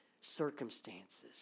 circumstances